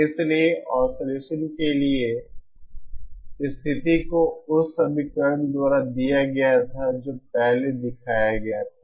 इसलिए ऑसिलेसन के लिए स्थिति को उस समीकरण द्वारा दिया गया था जो पहले दिखाया गया था